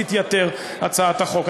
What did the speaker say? תתייתר הצעת החוק.